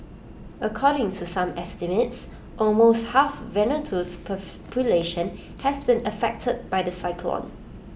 according to some estimates almost half Vanuatu's population has been affected by the cyclone